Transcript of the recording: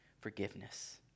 forgiveness